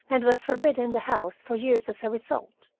and was forbidden the house for years as a result.